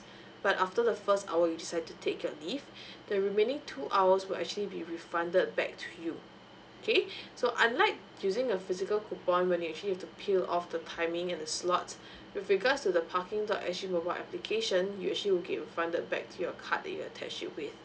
but after the first hour you decide to take your leave remaining two hours will actually be refunded back to you okay so unlike using a physical coupon where you actually to peel off the timing and the slots with regards to the parking dot s g mobile application you actually will get refunded back to your card that you attach it with